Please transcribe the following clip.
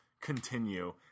continue